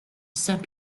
saint